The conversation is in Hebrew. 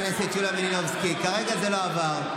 כרגע זה לא עבר,